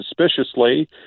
suspiciously